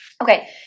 Okay